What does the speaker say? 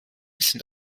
sind